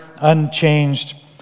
unchanged